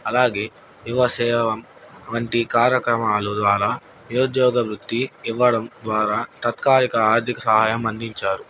అలాగే యువ సేవం వంటి కార్యక్రమాలు ద్వారా నిరుద్యోగ వృత్తి ఇవ్వడం ద్వారా తాత్కారిక ఆర్థిక సహాయం అందించారు